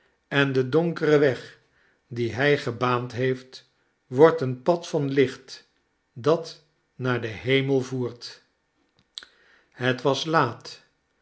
en de donkere weg dien hij gebaand heeft wordt een pad van licht dat naar den hemel voert het was laat